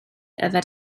yfed